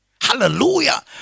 Hallelujah